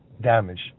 damage